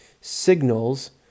signals